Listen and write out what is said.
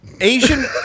Asian